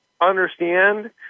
understand